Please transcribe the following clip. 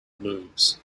moves